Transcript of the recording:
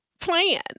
plan